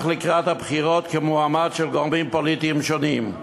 לקראת הבחירות כמועמד של גורמים פוליטיים שונים.